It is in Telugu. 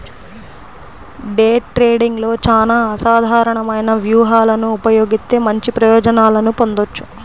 డే ట్రేడింగ్లో చానా అసాధారణమైన వ్యూహాలను ఉపయోగిత్తే మంచి ప్రయోజనాలను పొందొచ్చు